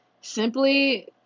Simply